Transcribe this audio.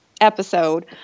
episode